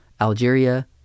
Algeria